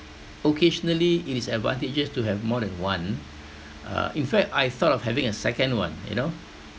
occasionally it is advantageous to have more than one uh in fact I thought of having a second one you know